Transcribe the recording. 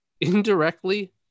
indirectly